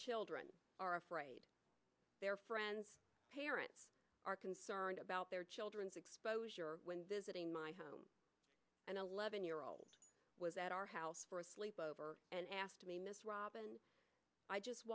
children are afraid their friends parents are concerned about their children's exposure when visiting my home an eleven year old was at our house for a sleep over and asked me miss robin i just